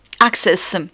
access